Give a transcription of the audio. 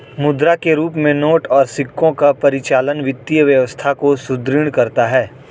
मुद्रा के रूप में नोट और सिक्कों का परिचालन वित्तीय व्यवस्था को सुदृढ़ करता है